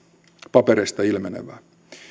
papereista ilmenevää